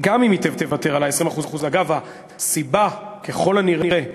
גם אם היא תוותר על ה-20% אגב, הסיבה, ככל הנראה,